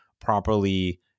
properly